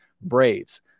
Braves